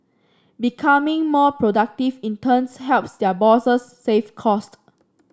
becoming more productive in turns helps their bosses save cost